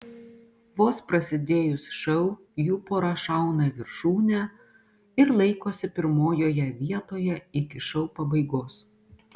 vos prasidėjus šou jų pora šauna į viršūnę ir laikosi pirmojoje vietoje iki šou pabaigos